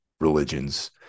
religions